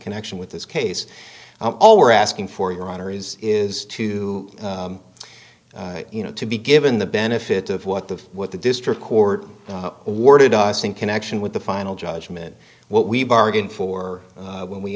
connection with this case all we're asking for your honor is is to you know to be given the benefit of what the what the district court awarded us in connection with the final judgment what we bargained for when we